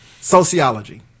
Sociology